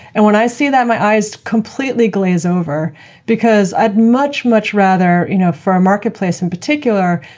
and when i see that, my eyes completely glaze over because i'd much much rather, you know for a market place in particular,